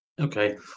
Okay